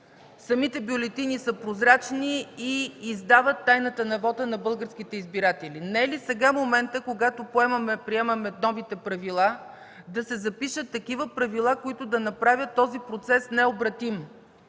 самите бюлетини са прозрачни и издават тайната на вота на българските избиратели? Не е ли сега моментът, когато приемаме новите правила, да се запишат такива правила, които да направят този процес необратим?